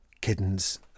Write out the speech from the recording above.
kittens